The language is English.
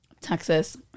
Texas